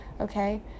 Okay